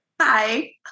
Hi